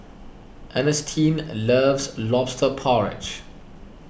Ernestine loves Lobster Porridge